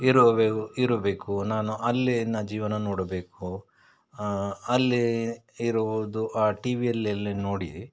ಇರುವೆವು ಇರಬೇಕು ನಾನು ಅಲ್ಲಿನ ಜೀವನ ನೋಡಬೇಕು ಅಲ್ಲಿ ಇರುವುದು ಆ ಟಿ ವಿಯಲ್ಲೆಲ್ಲ ನೋಡಿ